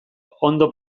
ondo